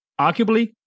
arguably